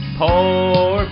poor